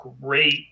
great